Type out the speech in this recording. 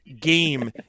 game